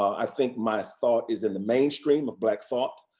i think my thought is in the mainstream of black thought,